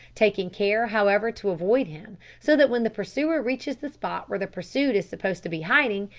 taking care, however, to avoid him, so that when the pursuer reaches the spot where the pursued is supposed to be hiding,